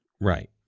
Right